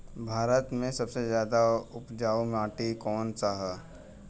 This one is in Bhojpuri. भारत मे सबसे ज्यादा उपजाऊ माटी कउन सा ह?